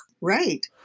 right